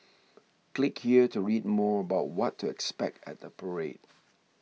click here to read more about what to expect at the parade